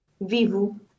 Vivo